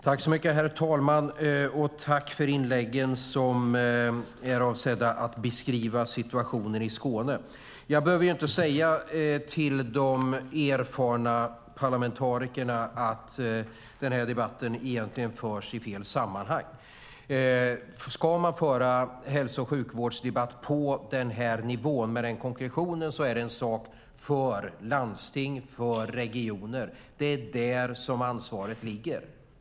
Herr talman! Tack för inläggen som är avsedda att beskriva situationen i Skåne! Jag behöver inte säga till de erfarna parlamentarikerna att den här debatten egentligen förs i fel sammanhang. Ska man föra hälso och sjukvårdsdebatt på den här nivån, med den konkretionen, är det en sak för landsting och för regioner. Det är där som ansvaret ligger.